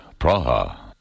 Praha